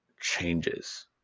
changes